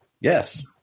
Yes